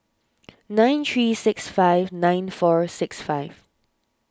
nine three six five nine four six five